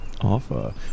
Offer